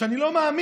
שאני לא מאמין